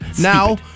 Now